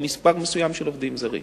מספר מסוים של עובדים זרים.